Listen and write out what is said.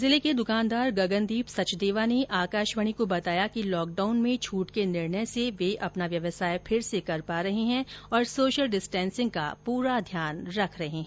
जिले के दकानदार गगनदीप सचदेवा ने आकाशवाणी को बताया कि लॉकडाउन में छट के निर्णय से वे अपना व्यवसाय फिर से कर पा रहे हैं और सोशल डिस्टेसिंग का पूरा ध्यान रख रहे हैं